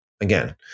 Again